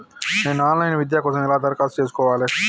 నేను online విద్య కోసం ఎలా దరఖాస్తు చేసుకోవాలి?